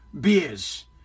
beers